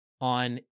on